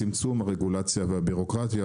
צמצמום הרגולציה והבירוקרטיה,